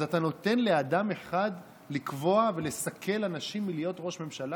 אז אתה נותן לאדם אחד לקבוע ולסכל אנשים מלהיות ראש ממשלה